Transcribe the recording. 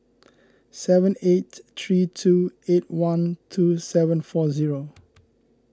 seven eight three two eight one two seven four zero